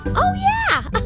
oh, yeah.